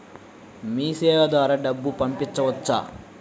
మీసేవ ద్వారా డబ్బు పంపవచ్చా?